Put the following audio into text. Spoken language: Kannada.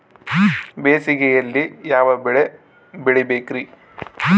ಬೇಸಿಗೆಯಲ್ಲಿ ಯಾವ ಬೆಳೆ ಬೆಳಿಬೇಕ್ರಿ?